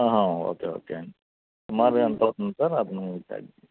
okay okay అండి సుమారుగా ఎంతవుతుంది సార్ అదనూ ప్యా